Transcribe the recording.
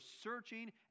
searching